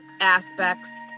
aspects